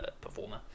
performer